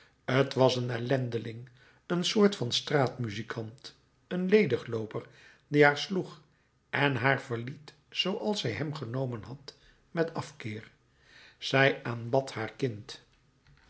t was een ellendeling een soort van straatmuzikant een lediglooper die haar sloeg en haar verliet zooals zij hem genomen had met afkeer zij aanbad haar kind